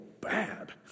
bad